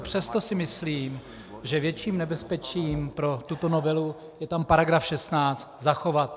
Přesto si myslím, že větším nebezpečím pro tuto novelu je tam § 16 zachovat.